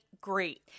great